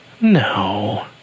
no